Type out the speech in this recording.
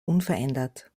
unverändert